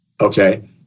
okay